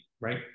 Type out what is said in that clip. right